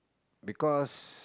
because